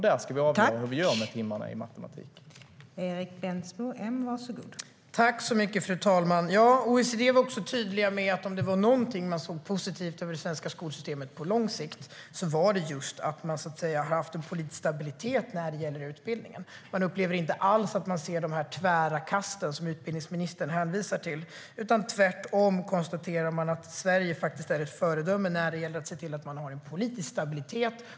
Där ska vi avgöra hur vi gör med antalet timmar i matematik.